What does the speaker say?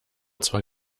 zwar